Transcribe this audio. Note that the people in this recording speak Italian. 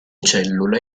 cellule